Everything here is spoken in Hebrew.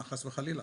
אהה חס וחלילה.